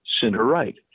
center-right